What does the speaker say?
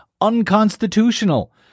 unconstitutional